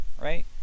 right